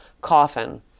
coffin